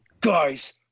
guys